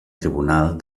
tribunal